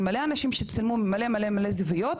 של מלא אנשים שצילמו ממלא מלא זוויות,